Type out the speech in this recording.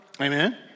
Amen